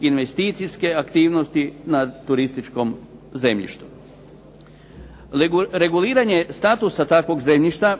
investicijske aktivnosti nad turističkim zemljištem. Reguliranje statusa takvog zemljišta,